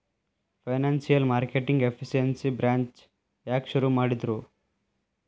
Financial marketing efficiency branch ಯಾಕ್ ಶುರು ಮಾಡಿದ್ರು?